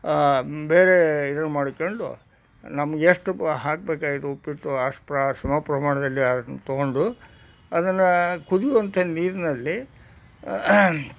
ಬೇರೆ ಇದು ಮಾಡಿಕೊಂಡು ನಮ್ಗೆ ಎಷ್ಟು ಹಾಕ್ಬೇಕಾಗಿತ್ತು ಉಪ್ಪಿಟ್ಟು ಅಷ್ಟು ಪಾ ಸಮ ಪ್ರಮಾಣದಲ್ಲಿ ಅದನ್ನು ತಗೊಂಡು ಅದನ್ನು ಕುದಿಯುವಂತ ನೀರಿನಲ್ಲಿ